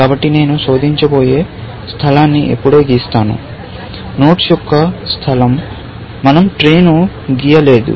కాబట్టి నేను శోధించబోయే స్థలాన్ని ఇప్పుడే గీసాను నోడ్స్ యొక్క స్థలం మనం ట్రీ ను గీయలేదు